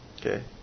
Okay